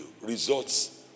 Results